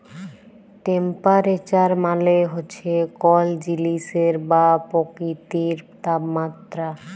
temperature মালে হছে কল জিলিসের বা পকিতির তাপমাত্রা